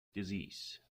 disease